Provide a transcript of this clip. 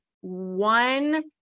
one